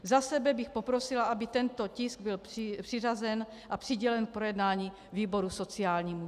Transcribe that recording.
Za sebe bych poprosila, aby tento tisk byl přiřazen a přidělen k projednání výboru sociálnímu.